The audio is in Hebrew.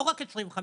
לא רק 25%